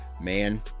man